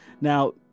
Now